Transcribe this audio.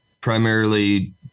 primarily